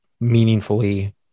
meaningfully